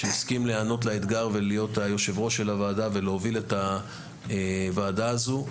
שהסכים להיענות לאתגר להיות יושב-ראש הוועדה ולהוביל את הוועדה הזו.